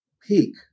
peak